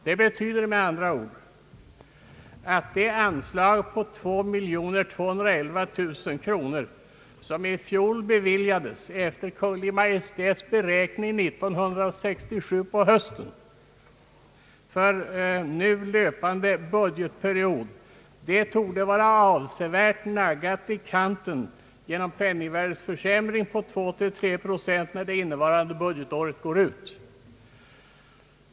Detta betyder med andra ord att det anslag på 2 211 000 kronor, som i fjol beviljades efter Kungl. Maj:ts beräkning på hösten 1967 för nu löpande budgetperiod, torde vara avsevärt naggat i kanten genom penningvärdets försämring, när innevarande budgetår går ut.